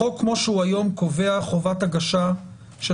החוק כפי שהוא היום קובע חובת הגשה של